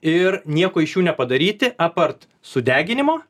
ir nieko iš jų nepadaryti apart sudeginimo